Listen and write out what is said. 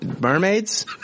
mermaids